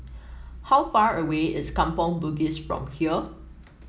how far away is Kampong Bugis from here